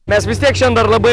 mes vis tiek dar labai